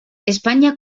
españa